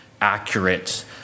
accurate